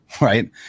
right